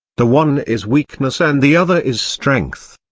the one is weakness and the other is strength.